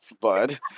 bud